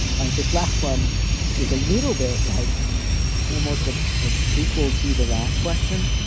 all right. this last one is is a little bit like almost ah a prequel to the last question,